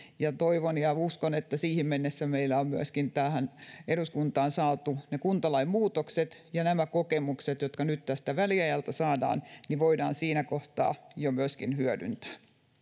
toivon ja uskon että siihen mennessä meillä on myöskin eduskuntaan saatu ne kuntalain muutokset ja nämä kokemukset jotka nyt väliajalta saadaan voidaan siinä kohtaa jo hyödyntää